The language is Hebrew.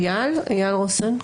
אייל רוסנק.